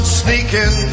sneaking